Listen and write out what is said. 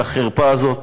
את החרפה הזאת.